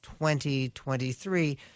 2023